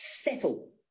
settle